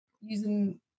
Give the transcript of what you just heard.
using